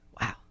wow